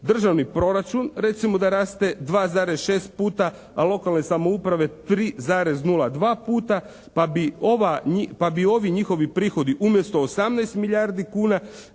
Državni proračun recimo da raste 2,6 puta, a lokalne samouprave 3,02 puta pa bi ova, pa bi ovi njihovi prihodi umjesto 18 milijardi kuna